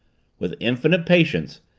with infinite patience,